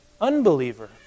unbeliever